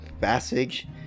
passage